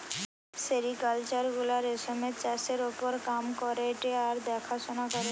sericulture গুলা রেশমের চাষের ওপর কাম করেটে আর দেখাশোনা করেটে